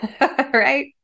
right